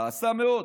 כעסה מאוד.